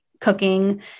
cooking